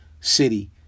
city